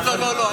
לא, לא.